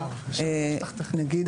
נניח,